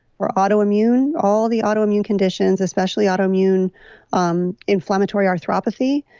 for autoimmune, all the autoimmune conditions, especially autoimmune um inflammatory arthropathy,